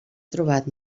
trobat